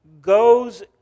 goes